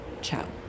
Ciao